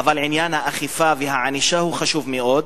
אבל עניין האכיפה והענישה הוא חשוב מאוד.